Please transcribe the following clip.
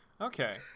okay